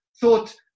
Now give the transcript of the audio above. thought